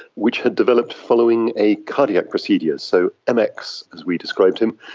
which had developed following a cardiac procedure. so mx, as we described him,